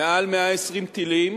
יותר מ-120 טילים